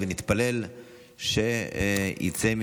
תודה רבה